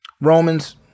Romans